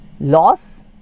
loss